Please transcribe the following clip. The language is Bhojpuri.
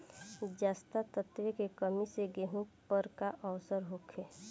जस्ता तत्व के कमी से गेंहू पर का असर होखे?